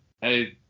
hey